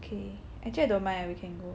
okay actually I don't mind ah we can go